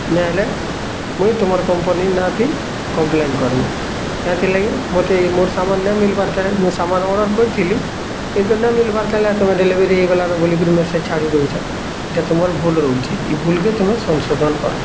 ନା ହେଲେ ମୁଇଁ ତୁମର କମ୍ପାନୀ ନାଁ ଥି କପ୍ଲେନ୍ କରିବି କାଇଁଥିର ଲାଗି ମୋତେ ମୋର ସାମାନ ନାଇଁ ମିଲ୍ବାର୍ ତେଣେ ମୁଇଁ ସାମାନ ଅର୍ଡ଼ର୍ କରିଥିଲି କିନ୍ତୁ ନାଏ ମିଲ୍ବାର୍ ତମେ ଡେଲିଭରି ହେଇଗଲା ନ ବୋଲିକରି ମେସେଜ୍ ଛାଡ଼ି ଦଉଛ ଏଇଟା ତୁମର ଭୁଲ ରହୁଛି ଇ ଭୁଲ କେ ତୁମେ ସଂଶୋଧନ କର